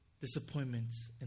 disappointments